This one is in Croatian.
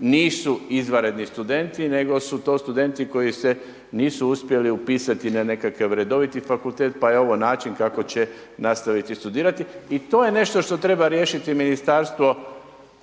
nisu izvanredni studenti nego su to studenti koji se nisu uspjeli upisati na nekakav redoviti fakultet pa je ovo način kako će nastaviti studirati i to je nešto što treba riješiti Ministarstvo